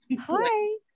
hi